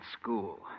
school